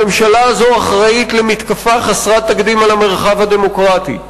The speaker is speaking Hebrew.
הממשלה הזאת אחראית למתקפה חסרת תקדים על המרחב הדמוקרטי.